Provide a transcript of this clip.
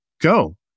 go